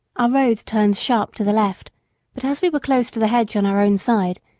our road turned sharp to the left but as we were close to the hedge on our own side,